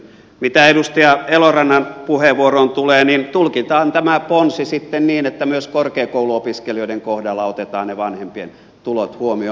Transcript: mitä edustaja elorannan puheenvuoroon tulee niin tulkitaan tämä ponsi sitten niin että myös korkeakouluopiskelijoiden kohdalla otetaan ne vanhempien tulot huomioon